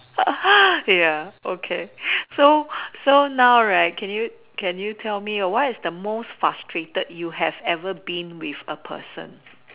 ya okay so so now right can you can you tell me what is the most frustrated you have ever been with a person